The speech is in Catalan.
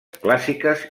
clàssiques